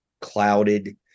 clouded